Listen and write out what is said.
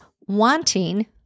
wanting